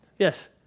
Yes